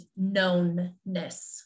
knownness